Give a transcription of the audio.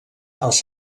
als